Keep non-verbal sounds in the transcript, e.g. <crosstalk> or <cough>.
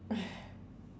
<laughs>